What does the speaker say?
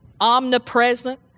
omnipresent